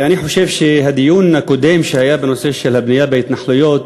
אני חושב שהדיון הקודם, בנושא הבנייה בהתנחלויות